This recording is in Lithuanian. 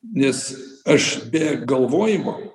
nes aš be galvojimo